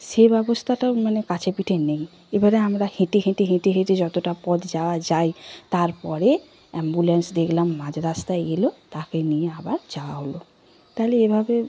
সেই ব্যবস্থাটাও মানে কাছেপিঠে নেই এবারে আমরা হেঁটে হেঁটে হেঁটে হেঁটে যতটা পথ যাওয়া যায় তার পরে অ্যাম্বুলেন্স দেখলাম মাঝরাস্তায় এল তাকে নিয়ে আবার যাওয়া হলো তাহলে এভাবে